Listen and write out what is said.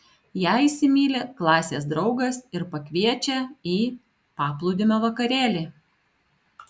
ją įsimyli klasės draugas ir pakviečia į paplūdimio vakarėlį